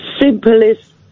simplest